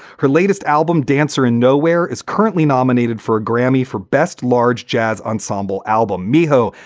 her latest album, dancer in nowhere, is currently nominated for a grammy for best large jazz ensemble album, miho.